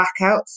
blackouts